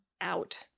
out